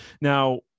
now